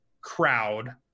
crowd